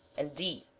and d.